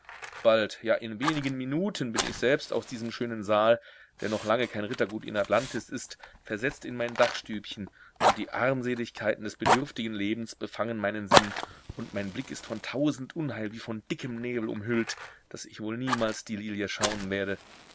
bald ja in wenigen minuten bin ich selbst aus diesem schönen saal der noch lange kein rittergut in atlantis ist versetzt in mein dachstübchen und die armseligkeiten des bedürftigen lebens befangen meinen sinn und mein blick ist von tausend unheil wie von dickem nebel umhüllt daß ich wohl niemals die lilie schauen werde